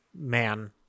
man